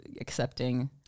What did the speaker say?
accepting